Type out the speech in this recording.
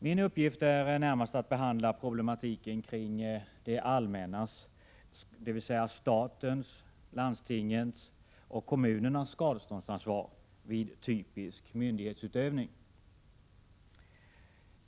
Min uppgift är närmast att behandla problematiken kring det allmännas, dvs. statens, landstingens och kommunernas, skadeståndsansvar vid typisk myndighetsutövning.